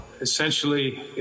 Essentially